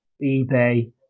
eBay